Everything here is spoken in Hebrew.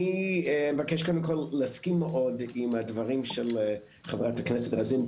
אבקש להסכים מאוד עם הדברים של חברת הכנסת רוזין,